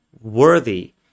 worthy